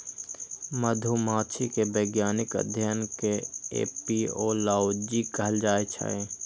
मधुमाछी के वैज्ञानिक अध्ययन कें एपिओलॉजी कहल जाइ छै